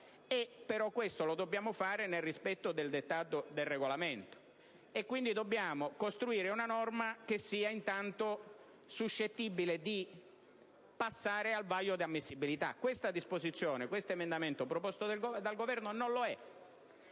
Però, dobbiamo fare questo nel rispetto del dettato del Regolamento. Quindi, dobbiamo costruire una norma che sia intanto suscettibile di passare il vaglio di ammissibilità. Questo emendamento proposto dal Governo non lo è.